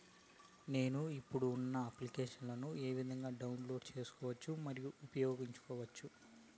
నేను, ఇప్పుడు ఉన్న అప్లికేషన్లు ఏ విధంగా డౌన్లోడ్ సేసుకోవచ్చు మరియు ఉపయోగించొచ్చు?